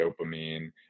dopamine